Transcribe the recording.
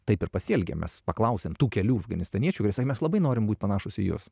taip ir pasielgėm mes paklausėm tų kelių afganistaniečių kurie sakė mes labai norime būti panašūs į jus